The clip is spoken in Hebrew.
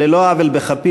על לא עוול בכפי,